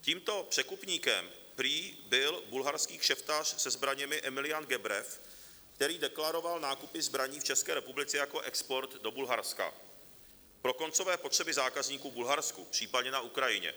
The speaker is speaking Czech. Tímto překupníkem prý byl bulharský kšeftař se zbraněmi Emilian Gebrev, který deklaroval nákupy zbraní v České republice jako export do Bulharska pro koncové potřeby zákazníků v Bulharsku, případně na Ukrajině.